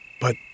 but